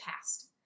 past